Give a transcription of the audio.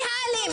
מי האלים?